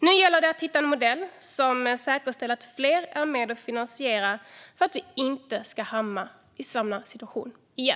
Nu gäller det att hitta en modell som säkerställer att fler är med och finansierar, för att vi inte ska hamna i samma situation igen.